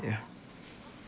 yeah